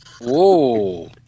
Whoa